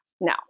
Now